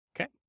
okay